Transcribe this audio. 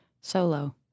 solo